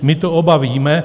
My to oba víme.